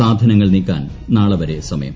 സാധനങ്ങൾ സ്റ്റീക്കാൻ നാളെ വരെ സമയം